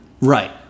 Right